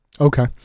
Okay